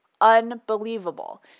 Unbelievable